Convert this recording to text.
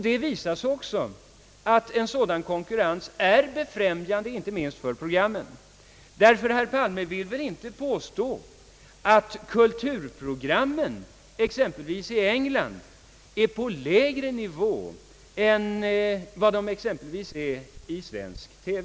Det visar sig också att en sådan konkurrens är gynnsam inte minst för programmen, ty herr Palme vill väl inte påstå att kulturprogrammen, exempelvis i England, står på lägre nivå än i svensk TV?